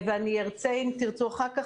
אם תרצו אחר כך,